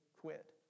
quit